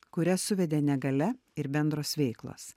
kurias suvedė negalia ir bendros veiklos